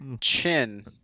chin